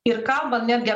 ir kalbant netgi